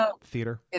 theater